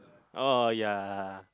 oh ya